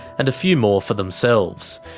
and a few more for themselves.